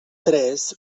tres